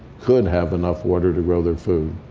could have enough water to grow their food.